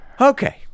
Okay